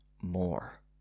more